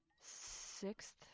sixth